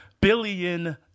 billion